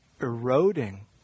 eroding